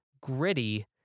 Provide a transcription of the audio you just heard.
gritty